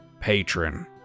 Patron